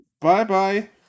Bye-bye